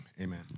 amen